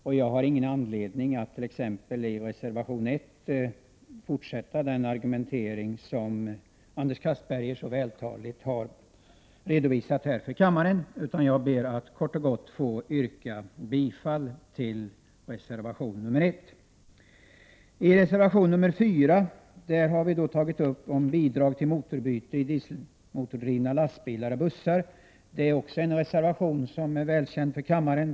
Det finns inte någon anledning för mig att, t.ex. när det gäller reservation 1, vidare utveckla den argumentering som Anders Castberger så vältaligt har presenterat för kammaren. Jag ber att kort och gott få yrka bifall till reservation nr 1. I reservation nr 4 har vi tagit upp frågan om bidrag till motorbyte i dieselmotordrivna lastbilar och bussar. Även detta är en reservation som är välkänd för kammaren.